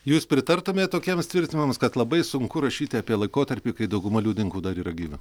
jūs pritartumėt tokiems tvirtinimams kad labai sunku rašyti apie laikotarpį kai dauguma liudininkų dar yra gyvi